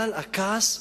אבל הכעס,